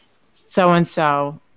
so-and-so